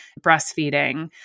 breastfeeding